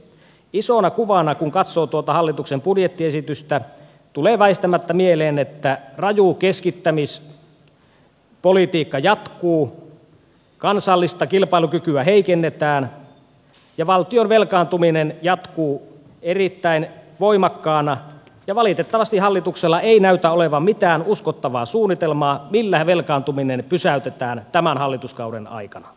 isona kuvana kun katsoo tuota hallituksen budjettiesitystä tulee väistämättä mieleen että raju keskittämispolitiikka jatkuu kansallista kilpailukykyä heikennetään ja valtion velkaantuminen jatkuu erittäin voimakkaana ja valitettavasti hallituksella ei näytä olevan mitään uskottavaa suunnitelmaa millä velkaantuminen pysäytetään tämän hallituskauden aika